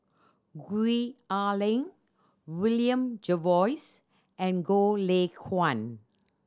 Gwee Ah Leng William Jervois and Goh Lay Kuan